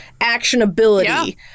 actionability